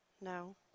No